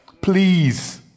Please